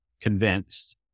convinced